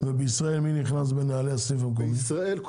אותו --- ומי נכנס בנעלי ה-SVB בישראל?